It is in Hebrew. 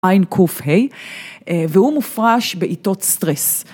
והוא הופרש בעיתות סטרס.